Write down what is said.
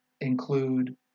include